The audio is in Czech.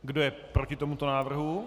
Kdo je proti tomuto návrhu?